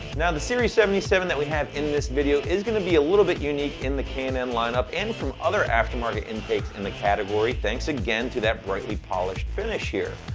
now, the series seventy seven that we have in this video is gonna be a little bit unique in the k and n lineup and from other aftermarket intakes in the category thanks again to that brightly polished finish here.